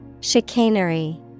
Chicanery